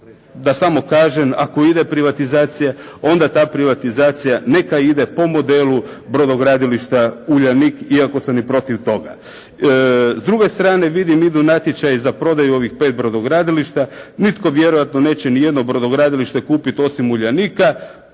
da samo kažem, ako ide privatizacija, onda ta privatizacija neka ide po modelu brodogradilišta Uljanik iako sam i protiv toga. S druge strane, vidim idu natječaji za prodaju ovih pet brodogradilišta, nitko vjerojatno neće niti jedno brodogradilište kupiti osim Uljanika,